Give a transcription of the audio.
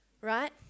right